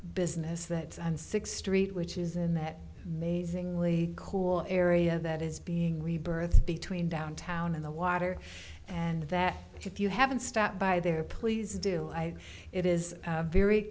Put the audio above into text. business that and six street which isn't that amazing really cool area that is being rebirth between downtown and the water and that if you haven't stopped by there please do i it is a very